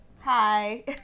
Hi